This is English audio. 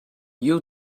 you